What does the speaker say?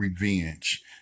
revenge